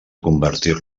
convertir